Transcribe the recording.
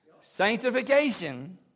sanctification